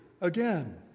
again